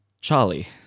Charlie